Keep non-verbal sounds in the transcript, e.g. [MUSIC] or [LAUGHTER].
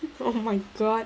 [LAUGHS] oh my god